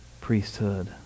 priesthood